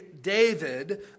David